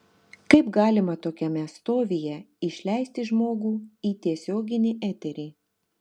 kaip galima tokiame stovyje išleisti žmogų į tiesioginį eterį